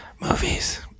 Movies